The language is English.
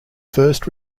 first